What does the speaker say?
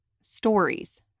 stories